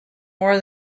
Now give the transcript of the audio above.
more